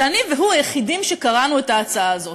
שאני והוא היחידים שקראנו את ההצעה הזאת.